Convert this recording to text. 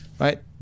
right